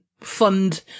fund